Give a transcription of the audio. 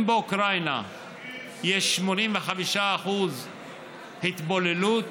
אם באוקראינה יש 85% התבוללות,